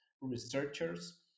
researchers